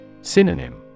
Synonym